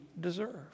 deserve